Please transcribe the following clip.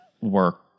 work